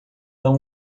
dar